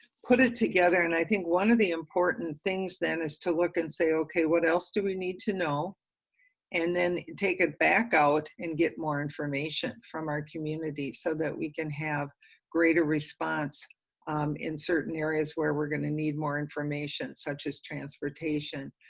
put it together and i think one of the important things that is to work and say okay what else do we need to know and then take it back out and get more information from our community so that we can have greater response in certain areas where we're going to need more information, such as transportation,